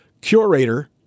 curator